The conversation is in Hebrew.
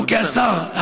השר,